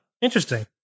interesting